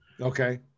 Okay